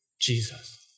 Jesus